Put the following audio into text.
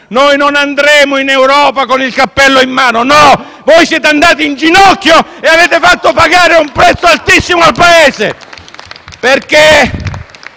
Noi non andremo in Europa con il cappello in mano!». No, voi siete andati in ginocchio e avete fatto pagare un prezzo altissimo al Paese!